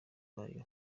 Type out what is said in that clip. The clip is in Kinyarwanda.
bayo